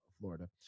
Florida